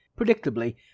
Predictably